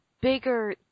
bigger